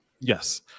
yes